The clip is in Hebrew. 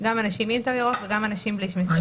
אנשים עם תו ירוק וגם אנשים בלי תו ירוק.